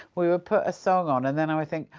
we would put a song on and then i would think,